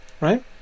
right